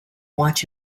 watch